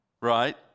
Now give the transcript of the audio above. Right